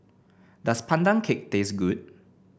does Pandan Cake taste good